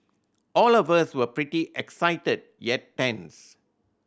all of us were pretty excited yet tense